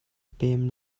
pem